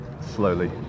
slowly